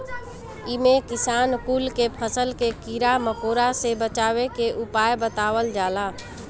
इमे किसान कुल के फसल के कीड़ा मकोड़ा से बचावे के उपाय बतावल जाला